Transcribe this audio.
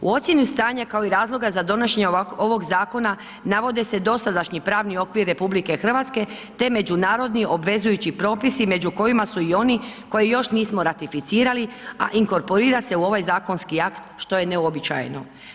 U ocijeni stanja kao i razloga za donošenje ovog zakona navode se dosadašnji pravni okvir RH te međunarodni obvezujući propisi među kojima su i oni koje još nismo ratificirali, a inkorporira se u ovaj zakonski akt što je neuobičajeno.